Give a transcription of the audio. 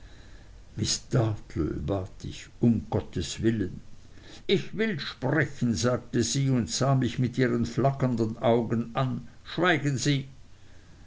bat ich um gottes willen ich will sprechen sagte sie und sah mich mit ihren flackernden augen an schweigen sie